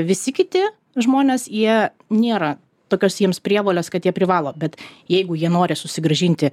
visi kiti žmonės jie nėra tokios jiems prievolės kad jie privalo bet jeigu jie nori susigrąžinti